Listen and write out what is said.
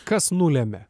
kas nulemia